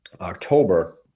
october